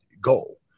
goal